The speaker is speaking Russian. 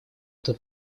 этом